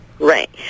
Right